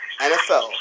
NFL